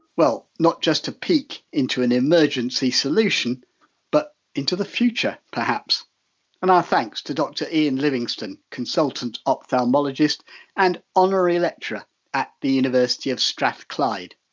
well not just a peek into an emergency solution but into the future perhaps and out thanks to dr iain livingstone, consultant ophthalmologist and honorary lecturer at the university of strathclyde